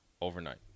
overnight